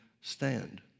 stand